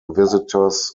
visitors